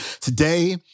Today